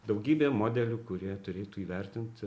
daugybė modelių kurie turėtų įvertint